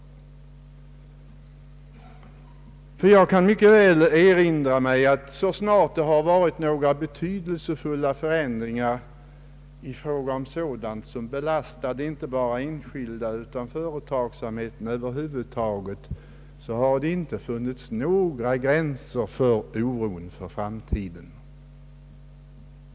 Jag erinrar mig mycket väl att det alltid, så snart det har föreslagits några betydelsefulla förändringar i fråga om sådant som belastar inte bara de enskilda utan företagsamheten över huvud taget, inte har funnits några gränser för oron för framtiden.